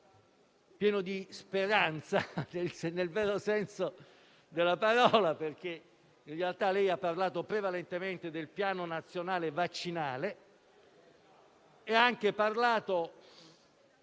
pieno di speranza, nel vero senso della parola, perché, in realtà, ha parlato prevalentemente del Piano nazionale vaccinale. Ha anche usato